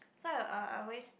so uh I always